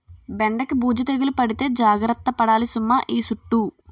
బెండకి బూజు తెగులు పడితే జాగర్త పడాలి సుమా ఈ సుట్టూ